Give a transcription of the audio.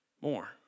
More